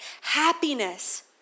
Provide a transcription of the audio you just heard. happiness